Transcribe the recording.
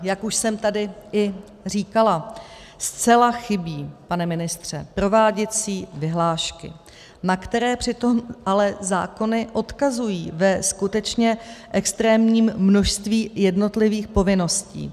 Jak už jsem tady i říkala, zcela chybí, pane ministře, prováděcí vyhlášky, na které přitom ale zákony odkazují ve skutečně extrémním množství jednotlivých povinností.